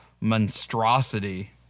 monstrosity